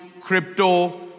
crypto